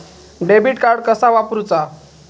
Debit card कसा वापरुचा?